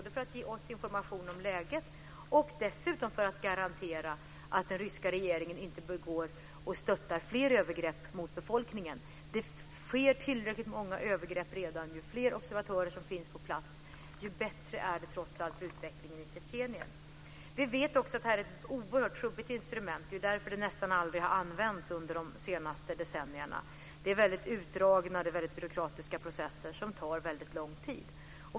De ger oss information om läget och garanterar dessutom att den ryska regeringen inte begår och stöttar fler övergrepp mot befolkningen. Det sker tillräckligt många övergrepp redan. Ju fler observatörer som finns på plats, desto bättre är det trots allt för utvecklingen i Tjetjenien. Vi vet också att det är ett oerhört trubbigt instrument. Det är därför det nästan aldrig har använts under de senaste decennierna. Det är väldigt utdragna och byråkratiska processer som tar lång tid.